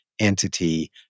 Entity